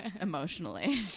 emotionally